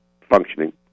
functioning